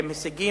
עם הישגים,